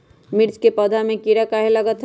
मिर्च के पौधा में किरा कहे लगतहै?